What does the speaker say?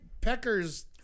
Peckers